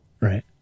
right